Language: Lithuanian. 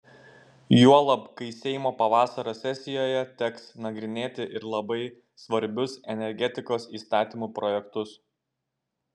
juolab kai seimo pavasario sesijoje teks nagrinėti ir labai svarbius energetikos įstatymų projektus